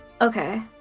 Okay